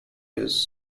his